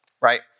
right